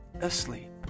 asleep